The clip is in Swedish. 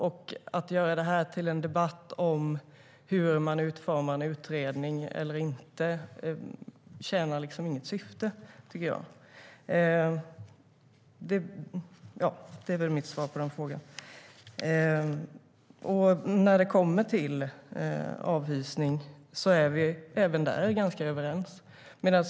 Men att göra det här till en debatt om hur man utformar en utredning och inte tjänar inget syfte. När det gäller avhysning är vi även där ganska överens.